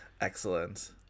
Excellent